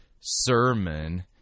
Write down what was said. sermon